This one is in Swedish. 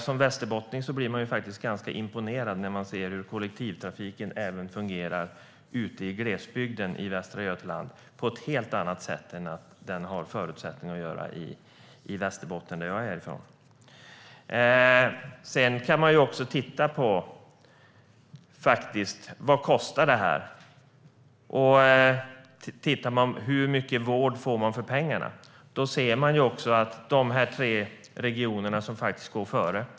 Som västerbottning blir man faktiskt ganska imponerad när man ser hur kollektivtrafiken fungerar även ute i glesbygden i Västra Götaland på ett helt annat sätt än den har förutsättningar att göra i Västerbotten, som jag är ifrån. Man kan också titta på vad det här kostar. Om vi tittar på hur mycket vård man får för pengarna ser vi att man får mer i de tre regioner som går före.